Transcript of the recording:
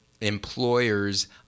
employers